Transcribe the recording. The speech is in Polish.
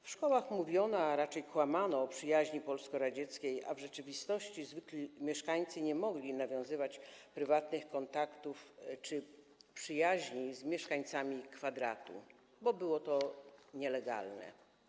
W szkołach mówiono, a raczej kłamano o przyjaźni polsko-radzieckiej, a w rzeczywistości zwykli mieszkańcy nie mogli nawiązywać prywatnych kontaktów czy przyjaźni z mieszkańcami Kwadratu, bo było to nielegalne.